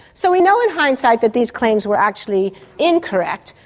so we know in hindsight that these claims were actually incorrect.